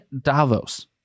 Davos